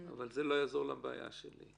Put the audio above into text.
זה לא יעזור לבעיה שלי.